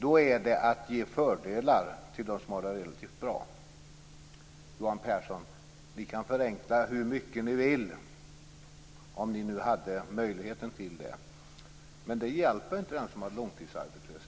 Det innebär att ge fördelar till dem som har det relativt bra. Ni skulle kunna förenkla hur mycket ni vill, Johan Pehrson, om ni nu hade möjligheten till det. Men det hjälper inte den som är långtidsarbetslös.